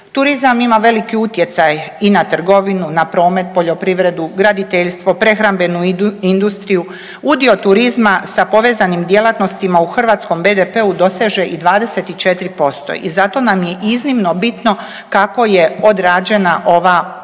Turizam ima veliki utjecaj i na trgovinu, na promet, poljoprivredu, graditeljstvo, prehrambenu industriju. Udio turizma sa povezanim djelatnostima u hrvatskom BDP-u doseže i 24% i zato nam je iznimno bitno kako je odrađena ova 2021.